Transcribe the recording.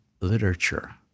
literature